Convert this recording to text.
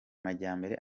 majyambere